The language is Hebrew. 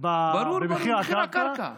במחיר הקרקע, ברור, במחיר הקרקע.